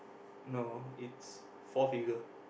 no it's four figure